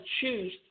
choose